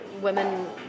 women